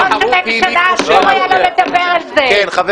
ראש הממשלה, אסור היה לו לדבר על זה.